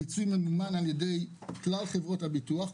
הפיצוי ממומן על ידי כלל חברות הביטוח,